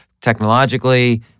technologically